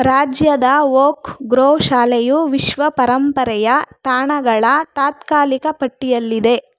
ರಾಜ್ಯದ oak grove ಶಾಲೆಯು ವಿಶ್ವ ಪರಂಪರೆಯ ತಾಣಗಳ ತಾತ್ಕಾಲಿಕ ಪಟ್ಟಿಯಲ್ಲಿದೆ